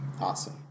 Awesome